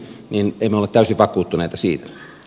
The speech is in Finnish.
minä en ole täysin vakuuttuneita siitä